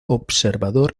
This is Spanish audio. observador